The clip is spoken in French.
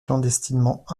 clandestinement